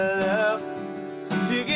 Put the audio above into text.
love